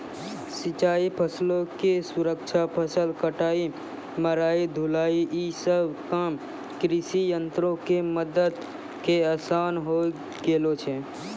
सिंचाई, फसलो के सुरक्षा, फसल कटाई, मढ़ाई, ढुलाई इ सभ काम कृषियंत्रो के मदत से असान होय गेलो छै